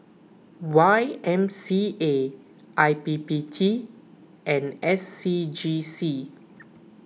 Y M C A I P P T and S C G C